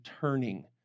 turning